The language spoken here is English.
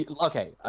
Okay